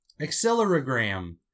Accelerogram